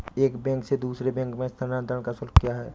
एक बैंक से दूसरे बैंक में स्थानांतरण का शुल्क क्या है?